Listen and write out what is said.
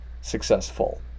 successful